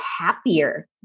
happier